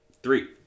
Three